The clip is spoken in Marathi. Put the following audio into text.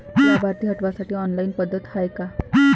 लाभार्थी हटवासाठी ऑनलाईन पद्धत हाय का?